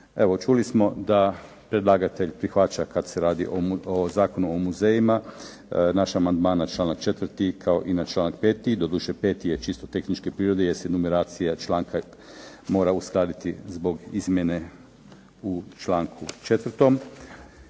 Evo čuli smo da predlagatelj prihvaća kad se radi o Zakonu o muzejima. Naš amandman na članak 4. kao i na članak 5. Doduše peti je čisto tehničke prirode jer se numeracija članka mora uskladiti zbog izmjene u članku 4.